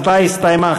ההצבעה הסתיימה,